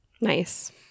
Nice